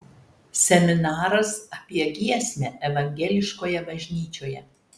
seminaras apie giesmę evangeliškoje bažnyčioje